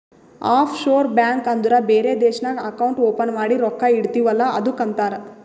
of sure bank ಅಂದುರ್ ಬೇರೆ ದೇಶ್ನಾಗ್ ಅಕೌಂಟ್ ಓಪನ್ ಮಾಡಿ ರೊಕ್ಕಾ ಇಡ್ತಿವ್ ಅಲ್ಲ ಅದ್ದುಕ್ ಅಂತಾರ್